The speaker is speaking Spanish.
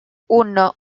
uno